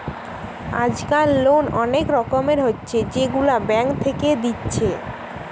আজকাল লোন অনেক রকমের হচ্ছে যেগুলা ব্যাঙ্ক থেকে দিচ্ছে